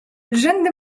rzędy